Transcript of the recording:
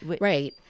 Right